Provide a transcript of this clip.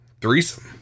Threesome